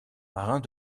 marins